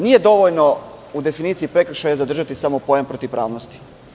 Nije dovoljno u definiciji prekršaja zadržati samo pojam protivpravnosti.